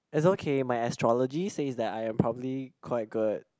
it's okay my astrology says that I'm probably quite good